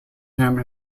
him